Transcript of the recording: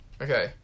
Okay